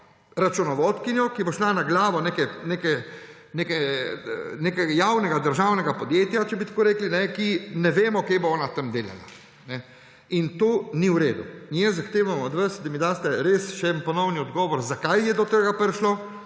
računovodkinjo, ki bo šla na glavo nekega javnega državnega podjetja, če bi tako rekli, in ne vemo, kaj bo ona tam delala. In to ni v redu. Jaz zahtevam od vas, da mi daste res še en ponovni odgovor: Zakaj je do tega prišlo,